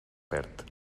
perd